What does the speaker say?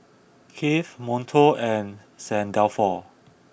Kiehl's Monto and Saint Dalfour